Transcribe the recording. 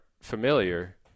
familiar